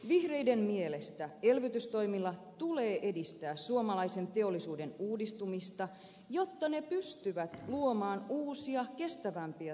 vihreiden mielestä elvytystoimilla tulee edistää suomalaisen teollisuuden uudistumista jotta se pystyy luomaan uusia kestävämpiä tuotteita